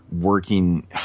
working